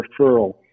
referral